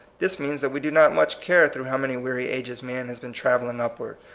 this means that we do not much care through how many weary ages man has been travelling upward,